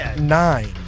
nine